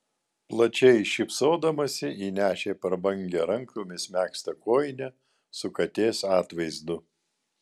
plačiai šypsodamasi ji nešė prabangią rankomis megztą kojinę su katės atvaizdu